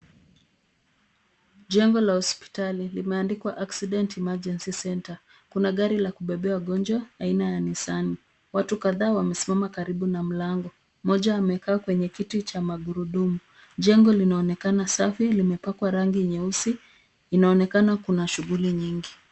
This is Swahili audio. Jengo la hospitali. Limeandikwa accident emergency centre . Kuna gari la kubebea wagonjwa aina ya Nissan. Watu kadhaa wamesimama karibu na mlango, mmoja amekaa kwenye kiti cha magurudumu. Jengo linaonekana safi, limepakwa rangi nyeusi. Inaonekana kuna shughuli nyingi.